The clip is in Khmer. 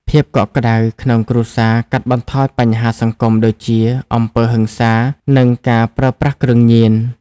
ភាពកក់ក្ដៅក្នុងគ្រួសារកាត់បន្ថយបញ្ហាសង្គមដូចជា អំពើហិង្សា និងការប្រើប្រាស់គ្រឿងញៀន។